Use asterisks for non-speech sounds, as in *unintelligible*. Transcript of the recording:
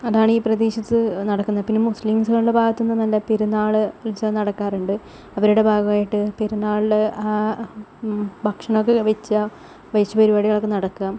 അതാണീ പ്രദേശത്ത് നടക്കുന്നത് പിന്നെ മുസ്ലിംസുകളുടെ ഭാഗത്തു നിന്നുള്ള പെരുന്നാള് ഉത്സവം നടക്കാറുണ്ട് അവരുടെ ഭാഗമായിട്ട് പെരുന്നാളിൽ ഭക്ഷണമൊക്കെ വച്ച *unintelligible* പരിപാടികളൊക്കെ നടക്കാം